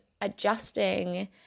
adjusting